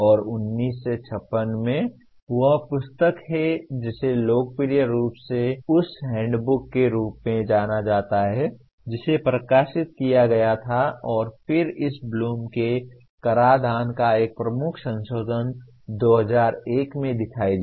और 1956 में वह पुस्तक है जिसे लोकप्रिय रूप से उस हैंडबुक के रूप में जाना जाता है जिसे प्रकाशित किया गया था और फिर इस ब्लूम के कराधान का एक प्रमुख संशोधन 2001 में दिखाई दिया